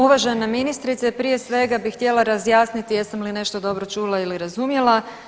Uvažena ministrice prije svega bi htjela razjasniti jesam li nešto dobro čula ili razumjela.